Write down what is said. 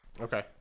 Okay